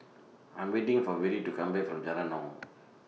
I'm waiting For Vere to Come Back from Jalan Naung